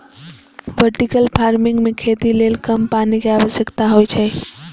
vertical farming मे खेती लेल कम पानि के आवश्यकता होइ छै